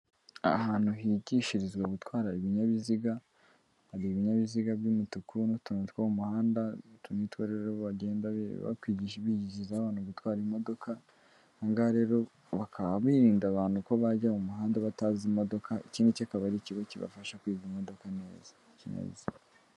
Ahantu higishirizwa gutwara ibinyabiziga, hari ibinyabiziga by'umutuku n'utundi two mu muhanda, utu nitworero bagenda bakwigisha bigiriza abantu gutwara imodoka, bakaba rero bakaba birinda abantu ko bajya mu muhanda batazi imodoka ikindi kikaba ari ikibi kibafasha kwiga imodoka neza.